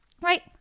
right